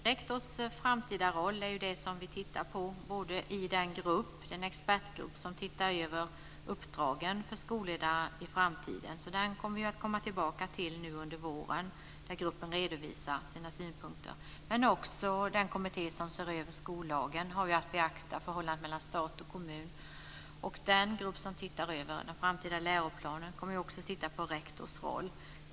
Fru talman! Rektors framtida roll är ju det som vi tittar på i den grupp, den expertgrupp, som tittar över uppdragen för skolledarna i framtiden. Den kommer vi att komma tillbaka till nu under våren när gruppen redovisar sina synpunkter. Också den kommitté som ser över skollagen har vi att beakta. Det gäller förhållandet mellan stat och kommun. Den grupp som ser över den framtida läroplanen kommer också att titta på rektors roll.